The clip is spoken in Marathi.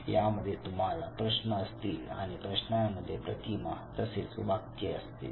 यामध्ये तुम्हाला प्रश्न असतील आणि प्रश्नांमध्ये प्रतिमा तसेच वाक्य असतील